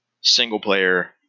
single-player